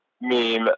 meme